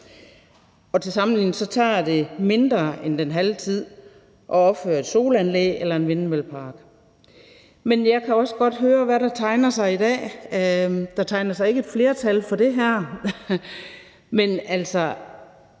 det til sammenligning tager mindre end den halve tid at opføre et solanlæg eller en vindmøllepark. Jeg kan også godt høre, at der ikke tegner sig et flertal for det her i dag.